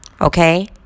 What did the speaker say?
Okay